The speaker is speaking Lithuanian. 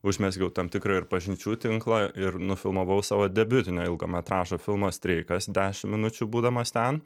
užmezgiau tam tikrą ir pažinčių tinklą ir nufilmavau savo debiutinio ilgo metražo filmą streikas dešimt minučių būdamas ten